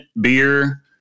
beer